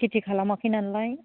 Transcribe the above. खेति खालामाखै नालाय